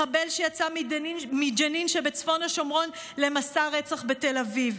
מחבל שיצא מג'נין שבצפון השומרון למסע רצח בתל אביב.